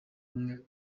ubumwe